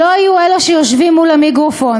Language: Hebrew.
לא יהיו אלה שיושבים מול המיקרופון.